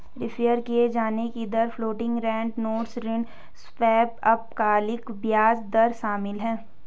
refer किये जाने की दर फ्लोटिंग रेट नोट्स ऋण स्वैप अल्पकालिक ब्याज दर शामिल है